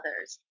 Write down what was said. others